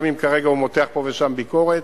גם אם כרגע הוא מותח פה ושם ביקורת.